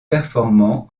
performant